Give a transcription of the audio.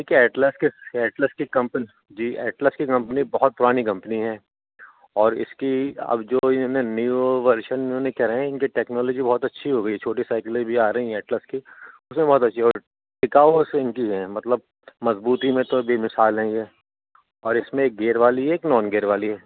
ٹھیک ہے ایٹلس کی ایٹلس کی کمپنی جی ایٹلس کی کمپنی بہت پرانی کمپنی ہے اور اس کی اب جو انہوں نے نیو ورژن انہوں کیا ہے ہیں ان کی ٹیکنالوجی بہت اچھی ہو گئی ہے چھوٹی سائیکلیں بھی آ رہی ہیں ایٹلس کی اس میں بہت اچھی اور ٹکاؤ سے ان کی ہے مطلب مضبوطی میں تو بھی مثال ہیں یہ اور اس میں ایک گیئر والی ہے ایک نان گیئر والی ہے